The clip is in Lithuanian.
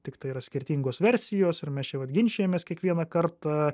tiktai yra skirtingos versijos ir mes čia vat ginčijamės kiekvieną kartą